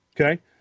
Okay